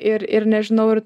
ir ir nežinau ir